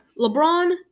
LeBron